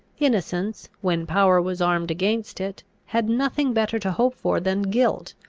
innocence, when power was armed against it, had nothing better to hope for than guilt,